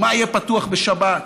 מה יהיה פתוח בשבת.